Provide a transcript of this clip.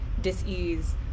dis-ease